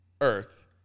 earth